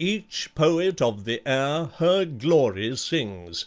each poet of the air her glory sings,